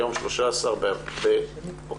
היום ה-13 באוקטובר,